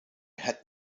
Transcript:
had